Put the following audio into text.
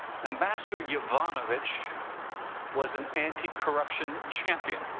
ambassador yovanovitch was an anticorruption champion,